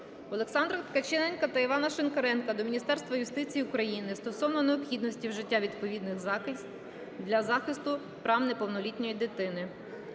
Олександра Ткаченка та Івана Шинкаренка до Міністерства юстиції України стосовно необхідності вжиття відповідних заходів для захисту прав неповнолітньої дитини.